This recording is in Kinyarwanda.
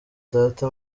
data